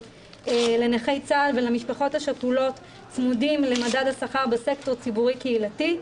לנכי צה"ל ולמשפחות השכולות צמודים למדד השכר בסקטור הציבורי קהילתי,